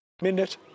Minute